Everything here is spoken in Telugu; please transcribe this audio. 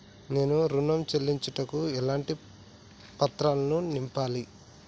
నేను ఋణం చెల్లించుటకు ఎలాంటి పత్రాలను నింపాలి?